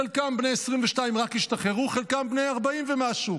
חלקם בני 22, רק השתחררו, חלקם בני 40 ומשהו,